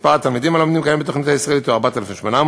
מספר התלמידים הלומדים כיום בתוכנית הישראלית הוא 4,800,